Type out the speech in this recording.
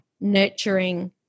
nurturing